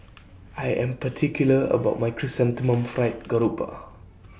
I Am particular about My Chrysanthemum Fried Garoupa